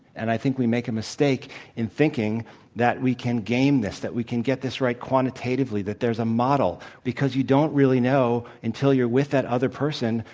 and i think we make a mistake in thinking that we can game this, that we can get this right quantitatively, that there's a model because you don't really know, until you're with that other person,